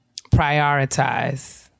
Prioritize